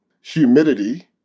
humidity